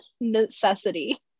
necessity